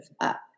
up